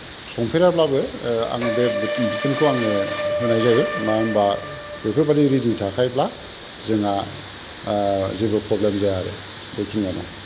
संफेराब्लाबो आङो बे बिथोनखौ आङो होनाय जायो मानो होनबा बेफोरबादि रेदि थाखायोब्ला जोंहा जेबो प्रब्लेम जाया आरो बेखिनियानो